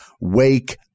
wake